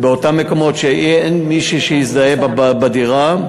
באותם מקומות שאין מישהו שיזדהה בדירה.